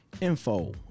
info